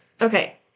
Okay